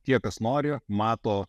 tie kas nori mato